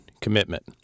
Commitment